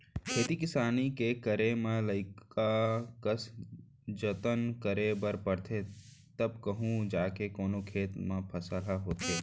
खेती किसानी के करे म लइका कस जनत करे बर परथे तव कहूँ जाके कोनो खेत म फसल ह होथे